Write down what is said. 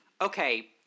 Okay